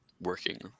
working